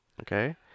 okay